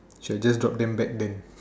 should have just drop them back then